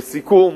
לסיכום,